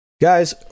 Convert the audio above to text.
guys